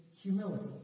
humility